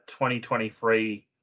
2023